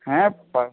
হ্যাঁ